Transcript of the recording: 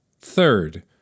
Third